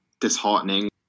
disheartening